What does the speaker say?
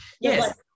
Yes